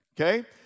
okay